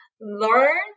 learn